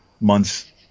months